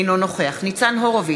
אינו נוכח ניצן הורוביץ,